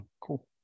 Cool